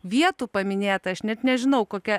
vietų paminėta aš net nežinau kokia